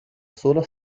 sola